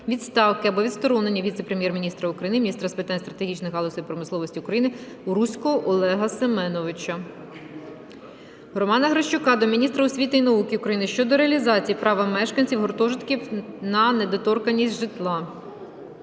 відставки або відсторонення Віце-прем'єр-міністра України - міністра з питань стратегічних галузей промисловості України Уруського Олега Семеновича. Романа Грищука до міністра освіти і науки України щодо реалізації права мешканців гуртожитків на недоторканність житла.